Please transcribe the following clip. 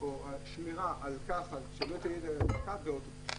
שמירה על מרחק באוטובוס.